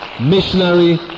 Missionary